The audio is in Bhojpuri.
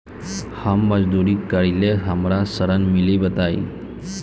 हम मजदूरी करीले हमरा ऋण मिली बताई?